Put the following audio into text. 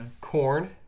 corn